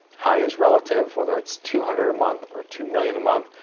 high is relative. whether it's two hundred a month or two million a month,